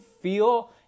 feel